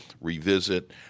revisit